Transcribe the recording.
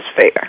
fair